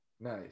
nice